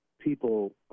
people